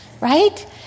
Right